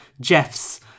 Jeff's